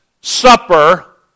supper